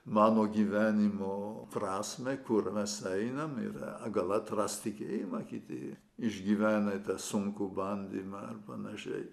mano gyvenimo prasmę kur mes einam ir gal atrasti tikėjimą kiti išgyvena tą sunkų bandymą ar panašiai